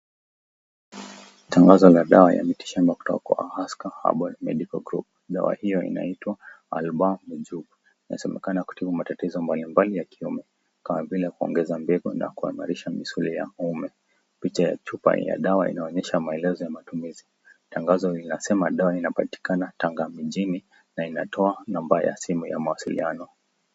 Tangazo la dawa ya mitishamba kutoka kwa Ahaska Herbal Medicine Group . Dawa hio inaitwa Albaa Mujarrabu. Inasemekana kutibu matatizo mbalimbali ya kiume kama vile kuongeza mbegu na kuimarisha misuli ya uume. Picha ya chupa ya dawa inaonyesha maelezo ya matumizi. Tangazo linasoma dawa linapatikana Tanga mijini na inatoa namba ya simu ya mawasiliano.